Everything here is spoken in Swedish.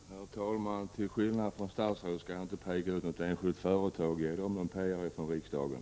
Herr talman! Till skillnad från statsrådet skall jag inte peka ut något enskilt företag och ge det PR i riksdagen.